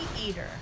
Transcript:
eater